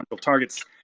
targets